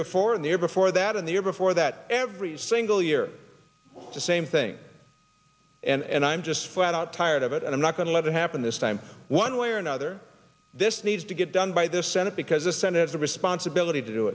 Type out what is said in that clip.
before in the year before that in the year before that ever every single year the same thing and i'm just flat out tired of it and i'm not going to let it happen this time one way or another this needs to get done by the senate because the senate is the responsibility to do